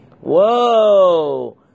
Whoa